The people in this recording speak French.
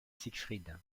siegfried